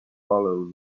follow